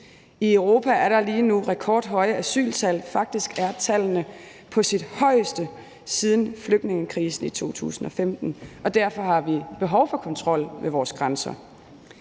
I Europa er der lige nu rekordhøje asyltal. Faktisk er tallene på det højeste siden flygtningekrisen i 2015, og derfor har vi behov for kontrol ved vores grænser.